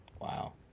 Wow